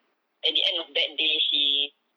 at the end of that day she